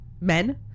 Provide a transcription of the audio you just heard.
Men